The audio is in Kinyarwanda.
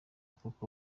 kuko